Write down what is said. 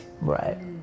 Right